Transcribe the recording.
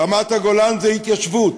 רמת-הגולן זה התיישבות,